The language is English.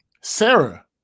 Sarah